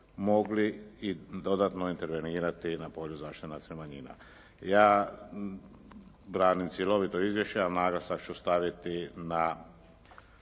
mogli i dodatno intervenirati na polju zaštite nacionalnih manjina. Ja branim cjelovito izvješće, ali naglasak ću staviti na